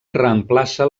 reemplaça